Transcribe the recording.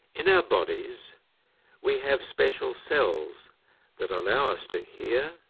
in our bodies we have special cells that allow us to hear,